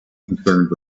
concerned